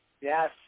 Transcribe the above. Yes